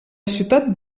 ciutat